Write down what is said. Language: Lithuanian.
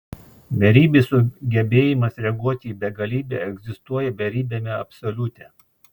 beribis sugebėjimas reaguoti į begalybę egzistuoja beribiame absoliute